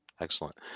Excellent